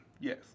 yes